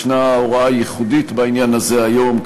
יש הוראה ייחודית בעניין הזה היום,